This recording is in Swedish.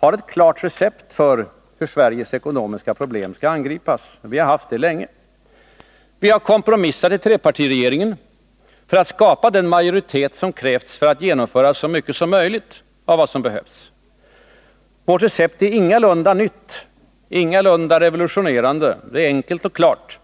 har ett klart recept för hur Sveriges ekonomiska problem skall angripas, och vi har haft det länge. Vi har kompromissat i trepartiregeringen för att skapa den majoritet som krävts för att genomföra så mycket som möjligt av vad som behövts. Vårt recept är ingalunda nytt, ingalunda revolutionerande. Det är enkelt och klart.